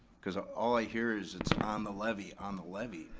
cause ah all i hear is it's on the levy, on the levy.